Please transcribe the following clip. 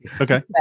Okay